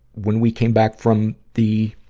when we came back from the